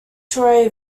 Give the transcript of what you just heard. troy